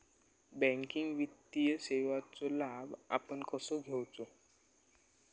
Banking वित्तीय सेवाचो लाभ आपण कसो घेयाचो?